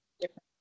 different